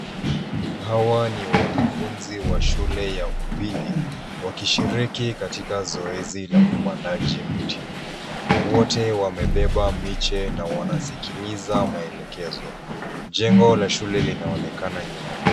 Hawa ni wanafunzi wa shule ya upili wakishiriki katika zoezi ya upandaji miti. Wote wamebeba miche na wanasikiliza maelekezo. jengo la shule linaonekana nyuma.